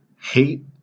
hate